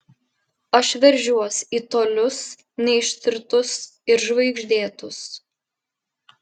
aš veržiuos į tolius neištirtus ir žvaigždėtus